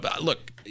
look